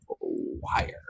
wire